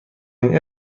این